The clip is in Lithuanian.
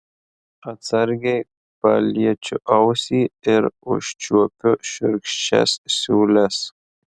atsargiai paliečiu ausį ir užčiuopiu šiurkščias siūles